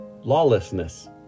lawlessness